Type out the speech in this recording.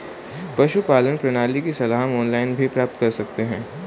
पशुपालन प्रणाली की सलाह हम ऑनलाइन भी प्राप्त कर सकते हैं